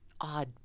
odd